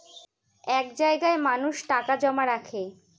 এক জায়গায় মানুষ টাকা জমা রাখে